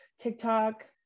TikTok